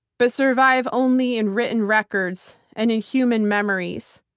but survive only in written records and in human memories.